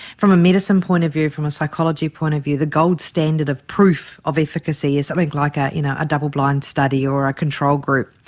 from a medicine point of view, from a psychology point of view the gold standard of proof of efficacy is something like ah you know a double-blind study or a control group.